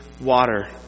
water